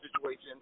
situation